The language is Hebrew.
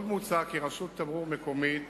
עוד מוצע כי רשות התמרור המקומית